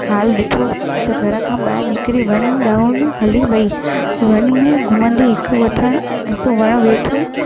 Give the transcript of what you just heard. हालु ॾिठो त घर खां ॿाहिरि निकिरी वन ॾांहुं नो हली वई वन में घुमंदी हिकु वठणु हिकु वणु हेठि